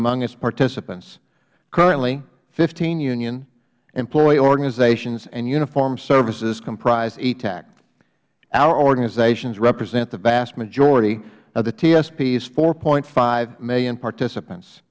among its participants currently fifteen unions employee organizations and uniformed services comprise etac our organizations represent the vast majority of the tsp's four point five million participants